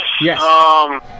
Yes